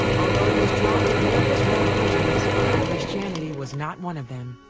although he was drawn to various world religions christianity was not one of them.